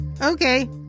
Okay